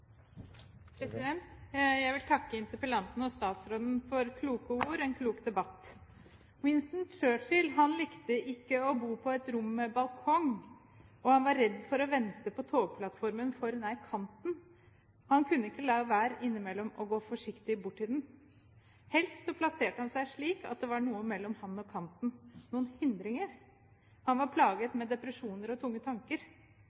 for kloke ord og en klok debatt. Winston Churchill likte ikke å bo på et rom med balkong, og han var redd for å vente på togplattformen for nær kanten, men han kunne ikke la være innimellom å gå forsiktig bort til den. Helst plasserte han seg slik at det var noe mellom ham og kanten – noen hindringer. Han var plaget med depresjoner og tunge tanker.